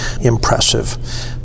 impressive